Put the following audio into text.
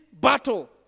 battle